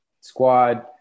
squad